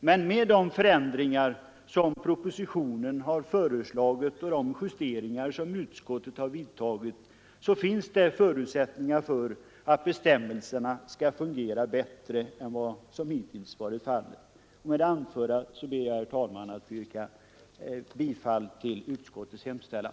Men med de förändringar som propositionen har föreslagit och de justeringar som utskottet har vidtagit finns det förutsättningar för att bestämmelserna skall fungera bättre än vad som hittills varit fallet. Med det anförda, herr talman, ber jag att få yrka bifall till utskottets hemställan.